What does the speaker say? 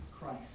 Christ